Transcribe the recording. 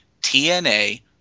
TNA